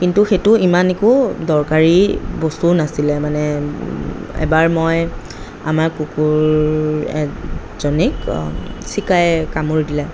কিন্তু সেইটো ইমান একো দৰকাৰী বস্তুও নাছিলে মানে এবাৰ মই আমাৰ কুকুৰ জনীক চিকাই কামুৰি দিলে